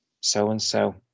so-and-so